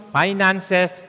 finances